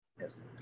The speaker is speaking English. yes